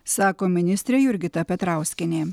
sako ministrė jurgita petrauskienė